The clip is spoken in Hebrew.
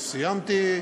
סיימתי.